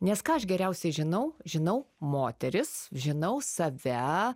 nes ką aš geriausiai žinau žinau moteris žinau save